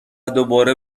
دوباره